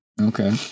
okay